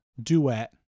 duet